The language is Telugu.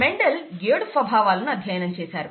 మెండల్ 7 స్వభావాలను అధ్యయనం చేశారు